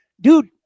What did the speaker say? dude